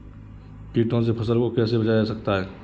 कीटों से फसल को कैसे बचाया जा सकता है?